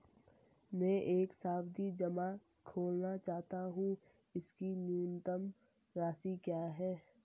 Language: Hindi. मैं एक सावधि जमा खोलना चाहता हूं इसकी न्यूनतम राशि क्या है?